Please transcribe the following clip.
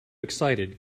excited